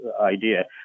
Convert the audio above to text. idea